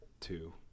two